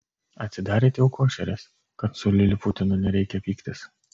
atidarėt jau košeres kad su liliputinu nereikia pyktis